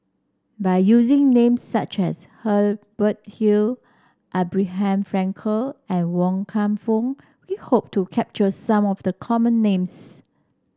by using names such as Hubert Hill Abraham Frankel and Wan Kam Fook we hope to capture some of the common names